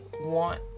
want